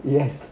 yes